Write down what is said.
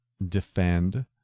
Defend